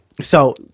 So-